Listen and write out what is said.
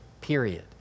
period